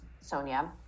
Sonia